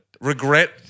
Regret